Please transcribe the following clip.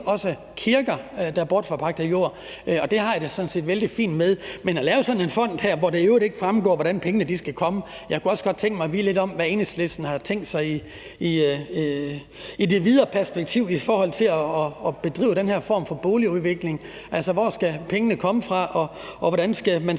også kirker, der bortforpagter jord, og det har jeg det sådan set vældig fint med, men ikke at lave sådan en fond her, hvor det i øvrigt ikke fremgår, hvordan pengene skal komme. Jeg kunne også godt tænke mig at vide lidt om, hvad Enhedslisten har tænkt sig i det videre perspektiv i forhold til at bedrive den her form for boligudvikling. Altså, hvor skal pengene komme fra, og hvordan skal man